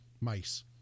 mice